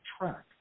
track